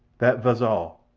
that vas all.